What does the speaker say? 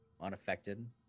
unaffected